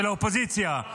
של האופוזיציה,